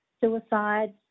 suicides